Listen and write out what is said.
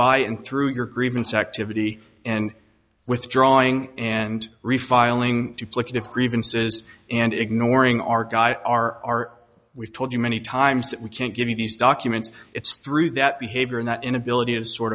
and through your grievance activity and withdrawing and refiling duplicative grievances and ignoring our guy our we've told you many times that we can't give you these documents it's through that behavior and that inability to sort